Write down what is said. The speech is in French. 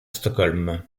stockholm